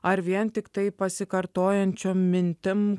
ar vien tiktai pasikartojančiom mintim